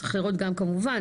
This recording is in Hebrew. צריך לראות גם כמובן,